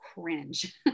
cringe